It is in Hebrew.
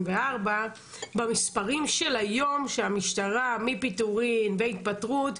במספרים של היום שהמשטרה מפיטורים והתפטרות,